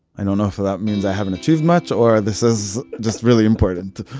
i don't know if that means i haven't achieved much, or this is just really important.